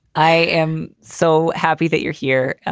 i am so happy that you're here.